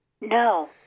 No